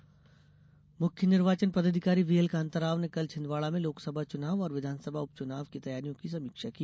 कांताराव मुख्य निर्वाचन पदाधिकारी व्हीएल कान्ताराव ने कल छिन्दवाड़ा में लोकसभा चुनाव और विधानसभा उप चुनाव की तैयारियों की समीक्षा की